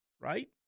right